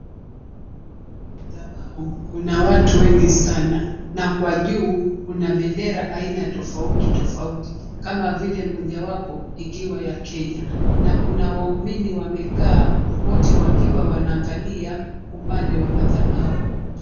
Madhabau kuna watu wengi sana na kwa juu kuna bendera aina tofauti tofauti kama vile mojawapo ikiwa ya kenya na kuna waumini wamekaa wote wakiwa wanaangalia upande wa madhabau.